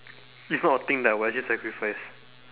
it's not a thing that I would actually sacrifice